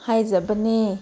ꯍꯥꯏꯖꯕꯅꯤ